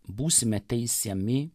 būsime teisiami